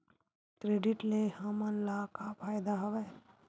Credit ले हमन ला का फ़ायदा हवय?